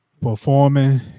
Performing